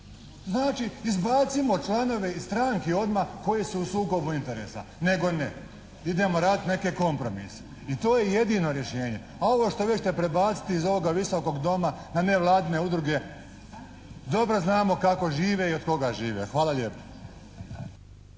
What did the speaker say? Znači, izbacimo članove iz stranke odmah koji su u sukobu interesa. Nego ne, idemo raditi neke kompromise. I to je jedino rješenje. A ovo što vi ćete prebaciti iz ovoga Visokog doma na nevladine udruge dobro znamo kako žive i od koga žive. Hvala lijepo.